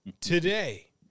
today